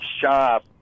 shop